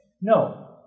No